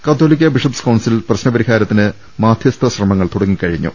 കത്തോലിക്കാ bishops council പ്രശ്ന പരി ഹാരത്തിന് മാധ്യസ്ഥ ശ്രമങ്ങൾ തുടങ്ങിക്കഴിഞ്ഞു